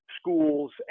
schools